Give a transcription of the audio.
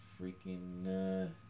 freaking